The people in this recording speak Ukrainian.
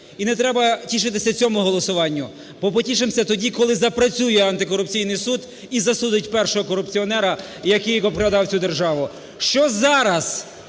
І не треба тішитися цьому голосуванню, бо потішимося тоді, коли запрацює антикорупційний суд і засудить першого корупціонера, який обкрадав цю державу. Що зараз